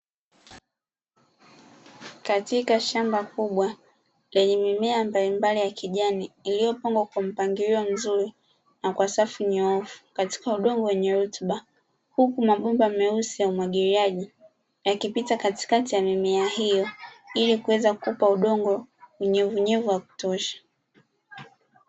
katika shamba kubwa lenye mimea mbalimbali ya kijani iliyopandwa kwa mpangilio mzuri na kwa safu nyoofu katika udongo wenye rutuba, huku mabomba meusi ya umwagiliaji yakipita katikati ya mimea hiyo ili kuweza kuupa udongo unyevunyevu wa kutosha.